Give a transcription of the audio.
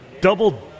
double